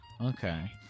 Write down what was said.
Okay